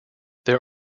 there